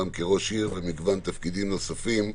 גם כראש עיר ובמגוון תפקידים נוספים.